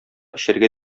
эчәргә